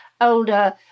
older